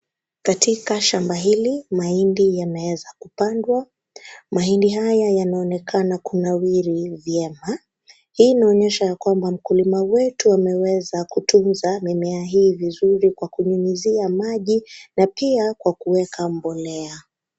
Katika shamba hili mahindi yanaweza kupandwa. Mahindi haya yanaonekana kunawiri vyema. Hii inaonyesha ya kwamba mkulima wetu ameweza kutunza mimea hii vizuri kwa kunyunyizia maji na pia kwa kuweka mbolea.